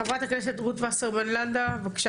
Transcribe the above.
חברת הכנסת רות וסרמן לנדה, בבקשה